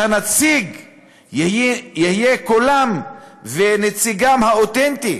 שהנציג יהיה קולם ונציגם האותנטי